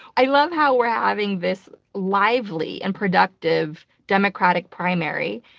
i love how we're having this lively and productive democratic primary.